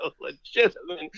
legitimate